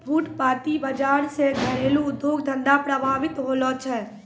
फुटपाटी बाजार से घरेलू उद्योग धंधा प्रभावित होलो छै